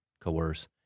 coerce